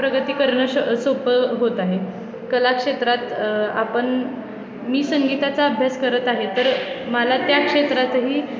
प्रगती करणं श सोपं होत आहे कलाक्षेत्रात आपण मी संगीताचा अभ्यास करत आहे तर मला त्या क्षेत्रातही